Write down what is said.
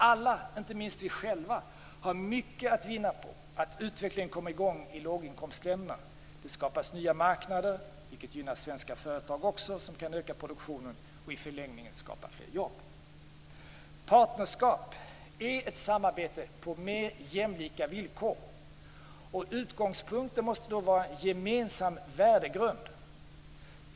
Alla, inte minst vi själva, har mycket att vinna på att utvecklingen kommer i gång i låginkomstländerna. Det skapas nya marknader, vilket gynnar även svenska företag som kan öka produktionen och i förlängningen skapa fler jobb. Partnerskap är ett samarbete på mer jämlika villkor. Utgångspunkten måste då vara en gemensam värdegrund.